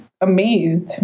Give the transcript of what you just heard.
amazed